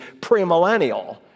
premillennial